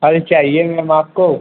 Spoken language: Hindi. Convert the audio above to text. फल चाहिए मैम आपको